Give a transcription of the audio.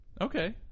Okay